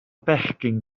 bechgyn